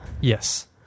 yes